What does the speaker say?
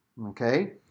okay